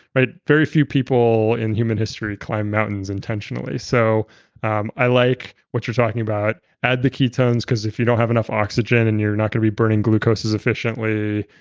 but very few people in human history climbed mountains intentionally, so um i like what you're talking about. add the ketones because if you don't have enough oxygen and you're not going to be burning glucose efficiently,